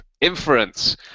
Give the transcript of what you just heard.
inference